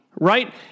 right